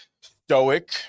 stoic